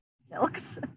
silks